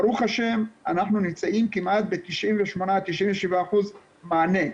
אנחנו נמצאים כמעט ב-97%-98% מענה.